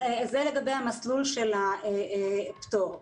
זה לגבי מסלול הפטור.